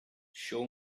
show